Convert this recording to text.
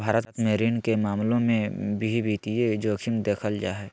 भारत मे ऋण के मामलों मे भी वित्तीय जोखिम देखल जा हय